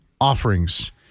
offerings